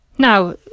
Now